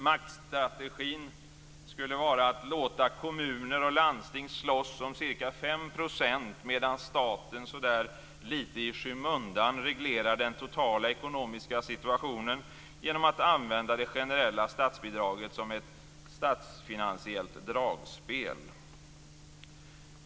Maktstrategin skulle vara att låta kommuner och landsting slåss om ca 5 % medan staten lite i skymundan reglerar den totala ekonomiska situationen genom att använda det generella statsbidraget som ett statsfinansiellt dragspel.